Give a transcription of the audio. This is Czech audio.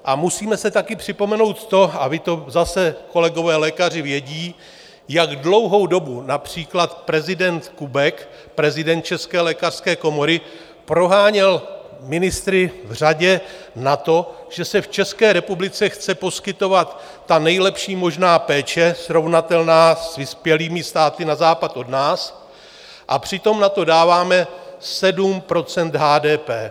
A musíme si taky připomenout to, a zase kolegové lékaři to vědí, jak dlouhou dobu například prezident Kubek, prezident České lékařské komory, proháněl ministry v řadě na to, že se v České republice chce poskytovat ta nejlepší možná péče srovnatelná s vyspělými státy na západ od nás, a přitom na to dáváme 7 % HDP.